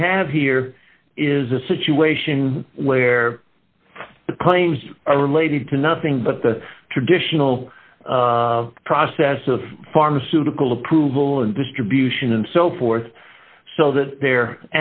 you have here is a situation where the claims are related to nothing but the traditional process of pharmaceutical approval and distribution and so forth so that they're